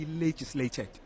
legislated